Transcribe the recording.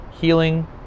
healing